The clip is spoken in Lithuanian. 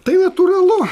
tai natūralu